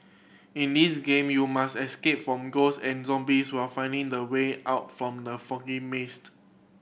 in this game you must escape from ghost and zombies while finding the way out from the foggy mazed